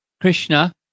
Krishna